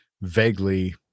vaguely